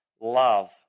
love